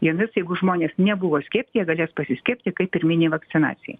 jomis jeigu žmonės nebuvo skiepyti jie galės pasiskiepyti kaip pirminei vakcinacijai